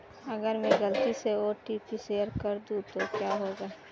अगर मैं गलती से ओ.टी.पी शेयर कर दूं तो क्या होगा?